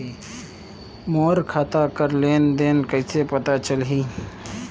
मोर खाता कर लेन देन कइसे पता चलही?